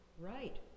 right